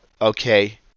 okay